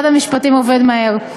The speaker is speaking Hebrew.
משרד המשפטים עובד מהר.